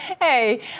Hey